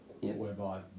whereby